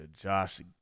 Josh